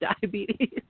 diabetes